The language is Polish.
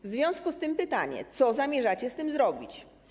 W związku z tym pytanie: Co zamierzacie z tym zrobić?